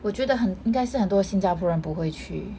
我觉得很应该是很多新加坡人不会去